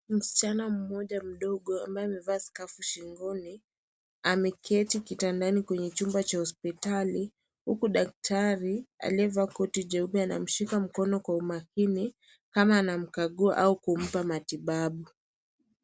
Msichana mmoja mdogo ambaye amevaa skafu shingoni ameketi kitandani kwenye chumba cha hospitali huku daktari aliyevaa koti jeupe anamshika mkono kwa umakini kama anamkagua au kumpa matibabu.